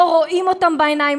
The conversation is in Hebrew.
לא רואים אותם בעיניים,